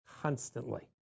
constantly